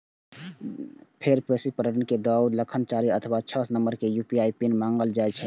फेर proceed button कें दबाउ, तखन चारि अथवा छह नंबर के यू.पी.आई पिन मांगल जायत